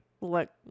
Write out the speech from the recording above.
look